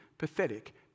Pathetic